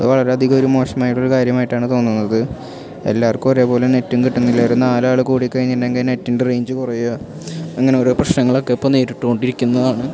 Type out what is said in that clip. അത് വളരെ അധികം ഒര് മോശമായിട്ടുള്ള ഒരു കാര്യമായിട്ടാണ് തോന്നുന്നത് എല്ലാവര്ക്കും ഒരേപോലെ നെറ്റും കിട്ടുന്നില്ല ഒരു നാലാള് കൂടി കഴിഞ്ഞിട്ടുണ്ടെങ്കിൽ നെറ്റിന്റെ റേഞ്ച് കുറയുക അങ്ങനെ ഓരോ പ്രശ്നങ്ങളൊക്കെ ഇപ്പം നേരിട്ട് കൊണ്ടിരിക്കുന്നതാണ്